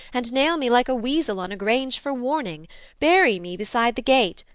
and nail me like a weasel on a grange for warning bury me beside the gate,